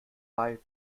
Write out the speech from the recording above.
bei